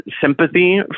sympathy